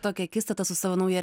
tokia akistata su savo nauja